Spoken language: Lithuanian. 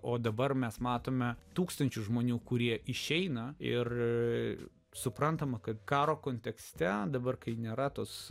o dabar mes matome tūkstančius žmonių kurie išeina ir suprantama kad karo kontekste dabar kai nėra tos